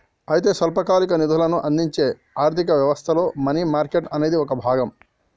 అయితే స్వల్పకాలిక నిధులను అందించే ఆర్థిక వ్యవస్థలో మనీ మార్కెట్ అనేది ఒక భాగం